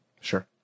sure